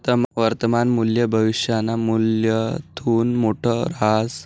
वर्तमान मूल्य भविष्यना मूल्यथून मोठं रहास